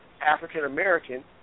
African-American